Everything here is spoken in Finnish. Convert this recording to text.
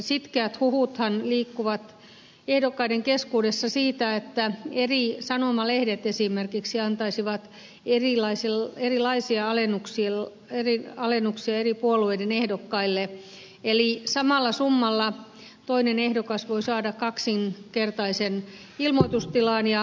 sitkeät huhuthan liikkuvat ehdokkaiden keskuudessa siitä että sanomalehdet esimerkiksi antaisivat erilaisia alennuksia eri puolueiden ehdokkaille eli samalla summalla toinen ehdokas voi saada kaksinkertaisen ilmoitustilan